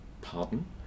pardon